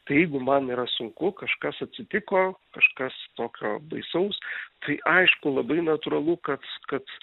tai jeigu man yra sunku kažkas atsitiko kažkas tokio baisaus tai aišku labai natūralu kad kad